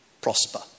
prosper